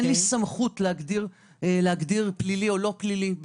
אי לי סמכות להגדיר אירוע כפלילי או לא פלילי,